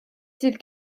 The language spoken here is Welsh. sydd